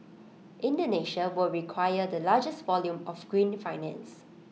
Indonesia will require the largest volume of green finance